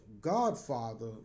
godfather